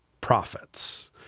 profits